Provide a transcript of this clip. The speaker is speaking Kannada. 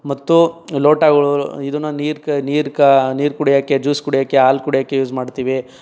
ಮತ್ತು ಲೋಟಗಳು ಇದನ್ನ ನೀರು ನೀರು ಕಾ ನೀರು ಕುಡಿಯಕ್ಕೆ ಜ್ಯೂಸ್ ಕುಡಿಯಕ್ಕೆ ಹಾಲು ಕುಡಿಯಕ್ಕೆ ಯೂಸ್ ಮಾಡ್ತೀವಿ